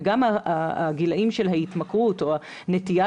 וגם הגילאים של ההתמכרות או הנטייה